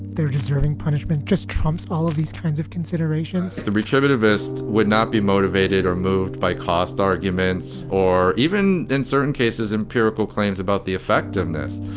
they're deserving punishment just trumps all of these kinds of considerations the retributive ist would not be motivated or moved by cost arguments or even in certain cases, empirical claims about the effectiveness.